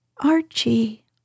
Archie